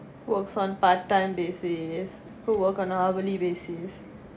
works on part-time basis who work on a hourly basis